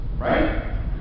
right